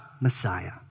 Messiah